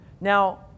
Now